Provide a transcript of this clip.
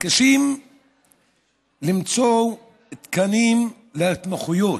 מתקשים למצוא תקנים להתמחויות.